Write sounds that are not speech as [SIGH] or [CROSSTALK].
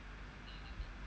[BREATH]